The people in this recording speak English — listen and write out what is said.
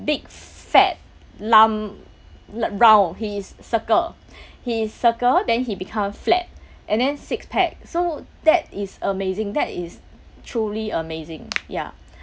big fat lump let~ round he is circle he is circle then he become a flat and then six pack so that is amazing that is truly amazing ya